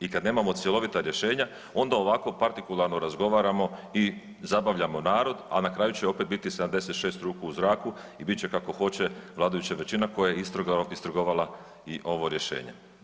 i kada nemamo cjelovita rješenja onda ovako partikularno razgovaramo i zabavljamo narod, a na kraju će opet biti 76 ruku u zraku i bit će kako hoće vladajuća većina koja je istrgovala i ovo rješenje.